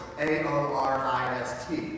a-o-r-i-s-t